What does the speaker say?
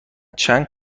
چند